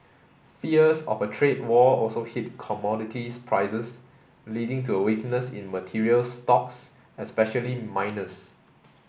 fears of a trade war also hit commodities prices leading to a weakness in materials stocks especially miners